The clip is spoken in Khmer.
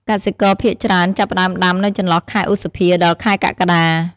កសិករភាគច្រើនចាប់ផ្ដើមដាំនៅចន្លោះខែ ឧសភា ដល់ ខែកក្កដា។